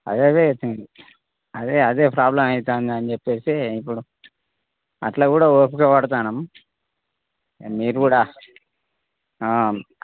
అదే అదే అదే అదే ప్రాబ్లమ్ అవుతోంది అని చెప్పేసే ఇప్పుడు అట్లా కూడా ఓపిక పడతున్నాం అండ్ మీరు కూడా